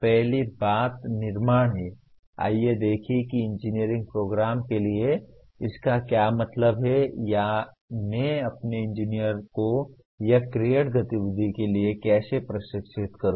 पहली बात निर्माण है आइए देखें कि इंजीनियरिंग प्रोग्राम के लिए इसका क्या मतलब है या मैं अपने इंजीनियर को यह क्रिएट गतिविधि के लिए कैसे प्रशिक्षित करूं